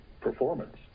performance